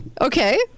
Okay